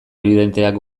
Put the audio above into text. ebidenteak